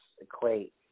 equate